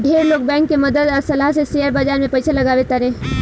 ढेर लोग बैंक के मदद आ सलाह से शेयर बाजार में पइसा लगावे तारे